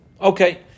Okay